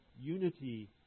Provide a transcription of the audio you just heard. unity